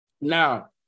Now